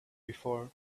before